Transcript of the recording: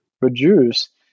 reduce